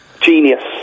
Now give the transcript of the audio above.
Genius